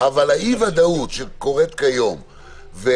אבל באי-ודאות שקורית כיום,